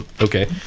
Okay